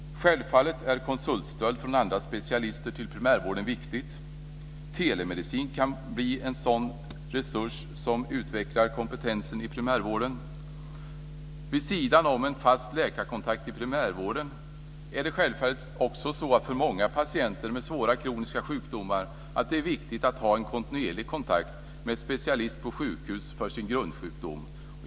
Självfallet är konsultstöd från andra specialister till primärvården viktigt. Telemedicin kan bli en sådan resurs som utvecklar kompetensen inom primärvården. Vid sidan av en fast läkarkontakt i primärvården är det självfallet också så att det för många patienter med svåra kroniska sjukdomar är viktigt att ha kontinuerlig kontakt med specialist på sjukhus för sin grundsjukdom.